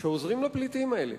שעוזרים לפליטים האלה